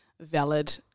valid